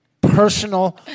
personal